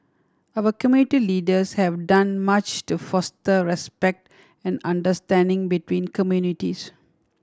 our community leaders have done much to foster respect and understanding between communities